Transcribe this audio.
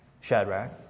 Shadrach